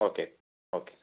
okay okay